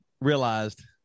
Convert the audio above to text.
realized